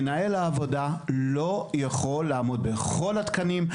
מנהל העבודה לא יכול לעמוד בכל התקנים.